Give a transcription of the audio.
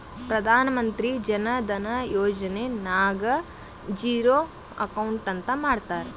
ಪ್ರಧಾನ್ ಮಂತ್ರಿ ಜನ ಧನ ಯೋಜನೆ ನಾಗ್ zero account ಅಂತ ಮಾಡ್ತಾರ